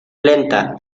lenta